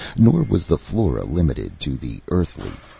nor was the flora limited to the earthly.